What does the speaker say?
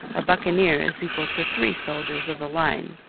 a buccaneer is equal to three soldiers of the line.